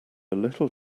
little